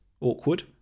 awkward